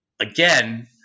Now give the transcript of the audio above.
Again